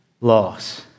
loss